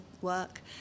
work